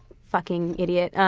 fucking idiot.